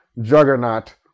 Juggernaut